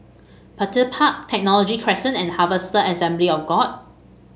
Petir Park Technology Crescent and Harvester Assembly of God